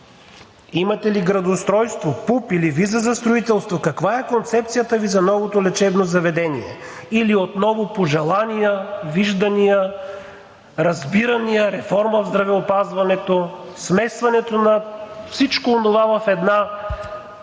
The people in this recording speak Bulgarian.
имате ли градоустройство, ПУП или виза за строителство? Каква е концепцията Ви за новото лечебно заведение? Или отново пожелания, виждания, разбирания, реформа в здравеопазването – смесване на всичко онова в една